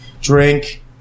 Drink